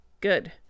good